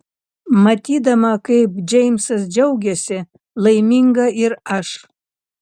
matydama kaip džeimsas džiaugiasi laiminga ir aš